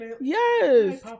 Yes